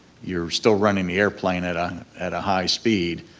you're still running the airplane at ah at a high speed,